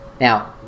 now